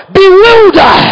bewilder